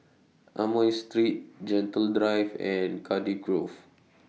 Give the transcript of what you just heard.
Amoy Street Gentle Drive and Cardiff Grove